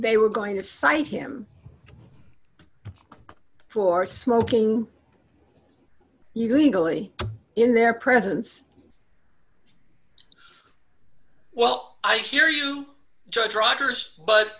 they were going to cite him poor smoking you legally in their presence well i hear you judge rogers but